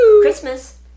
Christmas